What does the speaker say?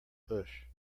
bush